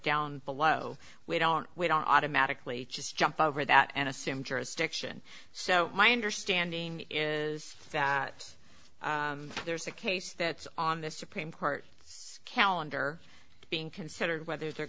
down below we don't we don't automatically just jump over that and assume jurisdiction so my understanding is that there's a case that's on the supreme court calendar being considered whether they're